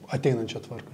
ateinančią tvarką